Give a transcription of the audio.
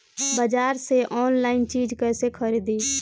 बाजार से आनलाइन चीज कैसे खरीदी?